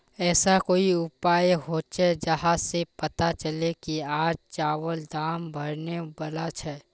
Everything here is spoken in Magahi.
ऐसा कोई उपाय होचे जहा से पता चले की आज चावल दाम बढ़ने बला छे?